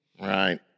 Right